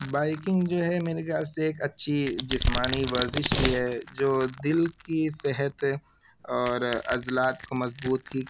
biking جو ہے میرے خیال سے ایک اچّھی جسمانی ورزش بھی ہے جو دل کی صحت اور عضلات کو مضبوطی